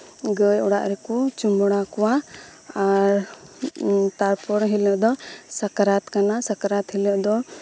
ᱜᱟᱹ ᱭ ᱚᱲᱟᱜ ᱨᱮᱠᱚ ᱪᱩᱢᱟᱹᱲᱟ ᱠᱚᱣᱟ ᱟᱨ ᱛᱟᱨ ᱯᱚᱨᱮ ᱦᱤᱞᱳᱜ ᱫᱚ ᱥᱟᱠᱨᱟᱛ ᱠᱟᱱᱟ ᱥᱟᱠᱨᱟᱛ ᱦᱤᱞᱳᱜ ᱫᱚ